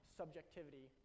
subjectivity